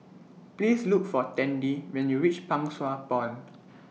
Please Look For Tandy when YOU REACH Pang Sua Pond